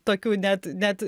tokių net net